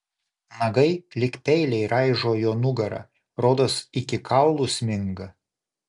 nagai lyg peiliai raižo jo nugarą rodos iki kaulų sminga